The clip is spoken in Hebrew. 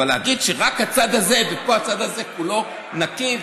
אבל להגיד שרק הצד הזה ופה הצד הזה כולו נקי,